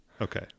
Okay